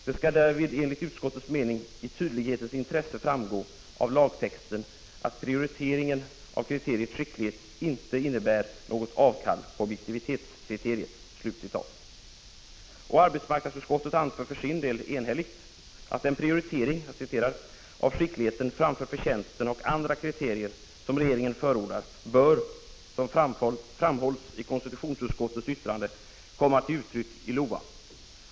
Det skall därvid enligt utskottets mening i tydlighetens intresse framgå av lagtexten att prioriteringen av kriteriet skicklighet inte innebär något avkall på objektivitetskravet.” Arbetsmarknadsutskottet anför för sin del enhälligt: ”Den prioritering av skickligheten framför förtjänsten och andra kriterier som regeringen förordar bör — som framhålls i konstitutionsutskottets yttrande — komma till uttryck i LOA.